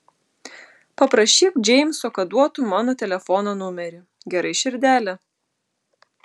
paprašyk džeimso kad duotų mano telefono numerį gerai širdele